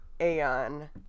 Aeon